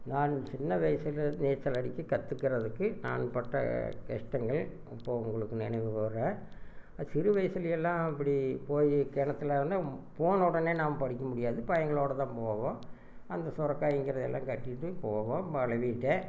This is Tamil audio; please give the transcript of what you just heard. நான் சின்ன வயசில் நீச்சல் அடிக்க கற்றுக்குறதுக்கு நான் பட்ட கஷ்டங்கள் இப்போ உங்களுக்கு நினைவு கூறுறேன் சிறு வயசில் எல்லாம் இப்படி போய் கிணத்துல போன உடனே நாம்ப அடிக்க முடியாது பையங்களோட தான் போவோம் அந்த சொரைக்காய்ங்கிறது எல்லாம் கட்டிட்டு போவோம் வளவிட்டே